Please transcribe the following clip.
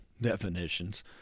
definitions